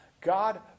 God